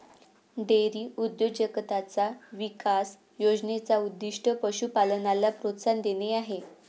dairy उद्योजकताचा विकास योजने चा उद्दीष्ट पशु पालनाला प्रोत्साहन देणे आहे